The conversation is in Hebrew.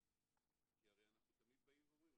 כי הרי אנחנו תמיד אומרים,